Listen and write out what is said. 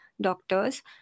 doctors